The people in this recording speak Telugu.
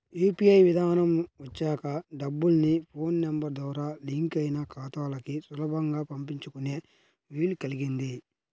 యూ.పీ.ఐ విధానం వచ్చాక డబ్బుల్ని ఫోన్ నెంబర్ ద్వారా లింక్ అయిన ఖాతాలకు సులభంగా పంపించుకునే వీలు కల్గింది